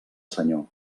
senyor